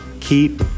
Keep